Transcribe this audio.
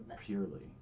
purely